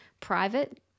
private